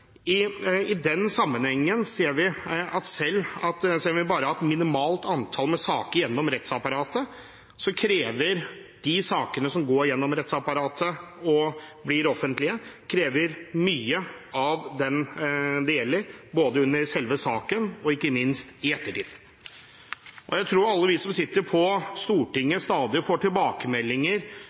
enkeltmennesket. I den sammenheng ser vi at selv om vi bare har hatt et minimalt antall med saker gjennom rettsapparatet, krever de sakene som går gjennom rettsapparatet og blir offentlige, mye av den den gjelder, både |under selve saken og ikke minst i ettertid. Jeg tror at alle vi som sitter på Stortinget, stadig får tilbakemeldinger